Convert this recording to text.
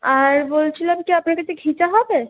আর বলছিলাম কি আপনার কাছে ঘিচা হবে